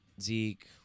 Zeke